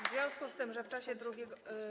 W związku z tym, że w czasie drugiego.